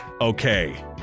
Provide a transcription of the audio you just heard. okay